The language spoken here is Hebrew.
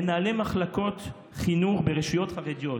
מנהלי מחלקות חינוך ברשויות חרדיות